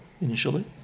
initially